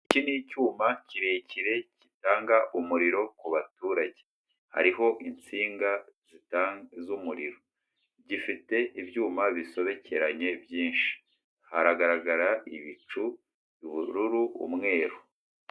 Ikindi ni icyuma kirekire gitanga umuriro ku baturage, hariho insinga z'umuriro, gifite ibyuma bisobekeranye byinshi, hagaragara ibicu ubururu umweru.